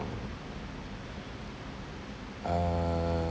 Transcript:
uh